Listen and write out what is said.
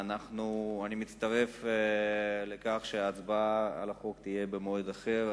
אני מצטרף להסכמה שההצבעה על החוק תהיה במועד אחר.